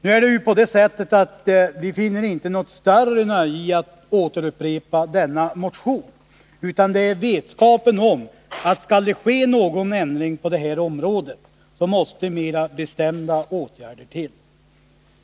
Nu är det på det sättet att vi inte finner något större nöje i att upprepa motionen, utan vi gör det i vetskapen om att det för att det skall ske någon ändring på det här området måste vidtas mera bestämda åtgärder.